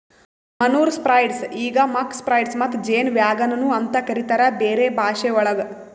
manure spreader ಈಗ್ muck spreader ಮತ್ತ ಜೇನ್ ವ್ಯಾಗನ್ ನು ಅಂತ ಕರಿತಾರ್ ಬೇರೆ ಭಾಷೆವಳಗ್